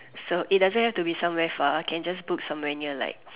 so it doesn't have to be somewhere far you can just book somewhere near like